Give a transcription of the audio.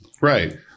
right